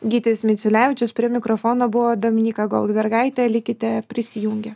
gytis miciulevičius prie mikrofono buvo dominyka goldbergaitė likite prisijungę